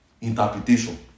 interpretation